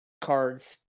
cards